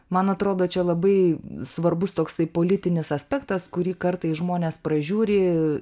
man atrodo čia labai svarbus toksai politinis aspektas kurį kartais žmonės pražiūri